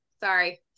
sorry